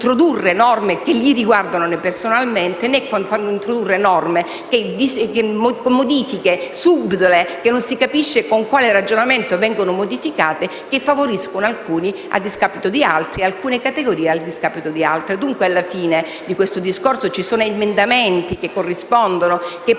né quando fanno introdurre norme che li riguardano personalmente, né quando fanno introdurre norme con modifiche subdole, che non si capisce con quale ragionamento vengano introdotte e che favoriscono alcuni a discapito di altri o alcune categorie a discapito di altre. Dunque, alla fine di questo discorso ci sono emendamenti che, se dovessero